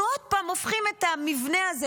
אנחנו עוד פעם הופכים את המבנה הזה,